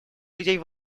людей